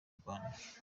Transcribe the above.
rwanda